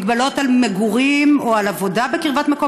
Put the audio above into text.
הגבלות על מגורים או על עבודה בקרבת מקום